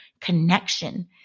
connection